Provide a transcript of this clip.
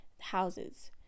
houses